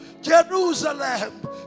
Jerusalem